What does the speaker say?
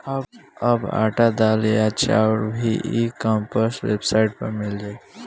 अब आटा, दाल या चाउर भी ई कॉमर्स वेबसाइट पर मिल जाइ